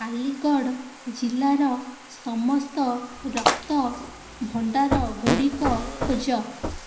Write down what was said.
ଆଲିଗଡ଼ ଜିଲ୍ଲାର ସମସ୍ତ ରକ୍ତ ଭଣ୍ଡାର ଗୁଡ଼ିକ ଖୋଜ